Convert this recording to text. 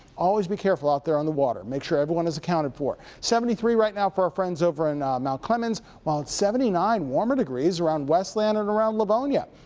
always be careful out there on the water. make sure everyone is accounted for. seventy three right now for our friends over in mt. clemens, while at seventy nine warmer degrees around westland and around livonia.